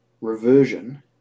Reversion